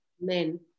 men